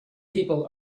people